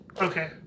Okay